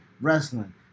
wrestling